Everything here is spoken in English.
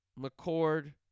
McCord